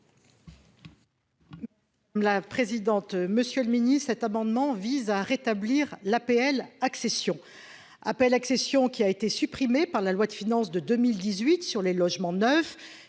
Sassone. La présidente, monsieur le Ministre, cet amendement vise à rétablir l'APL accession après accession qui a été supprimée par la loi de finances de 2018 sur les logements neufs